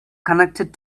connected